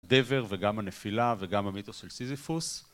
דבר וגם הנפילה וגם המיתוס של סיזיפוס